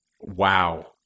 Wow